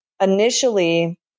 Initially